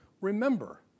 Remember